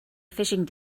fishing